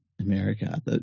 America